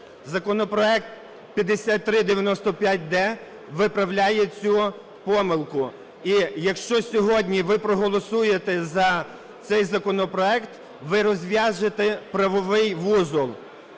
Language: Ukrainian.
Законопроект 5395-д виправляє цю помилку. І якщо сьогодні ви проголосуєте за цей законопроект, ви розв'яжете правовий вузол.